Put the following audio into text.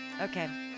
Okay